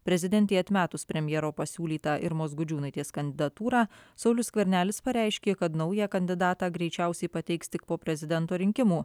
prezidentei atmetus premjero pasiūlytą irmos gudžiūnaitės kandidatūrą saulius skvernelis pareiškė kad naują kandidatą greičiausiai pateiks tik po prezidento rinkimų